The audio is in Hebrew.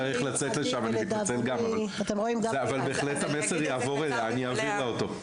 אבל בהחלט המסר יעבור אליה ואני אעביר לה אותו.